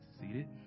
seated